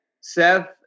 Seth